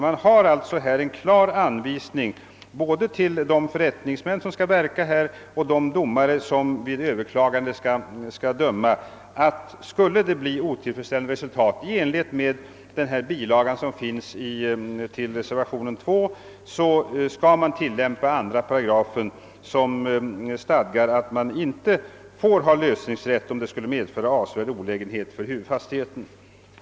Vi har alltså här en tydlig anvisning till både de förrättningsmän som skall verka och de domare, som vid överklagande skall döma, om att skulle det bli otillfredsställande resultat, som exemplifierats i bilagan till reservationen II, skall 2 8 tillämpas. Denna stadgar att lösningsrätt inte får medges, om det skulle medföra avsevärd olägenhet för huvudfastighet.